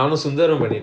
okay K